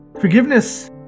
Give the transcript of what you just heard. Forgiveness